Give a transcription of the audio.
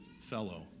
fellow